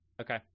Okay